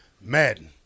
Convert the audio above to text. Madden